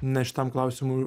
na šitam klausimui